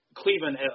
Cleveland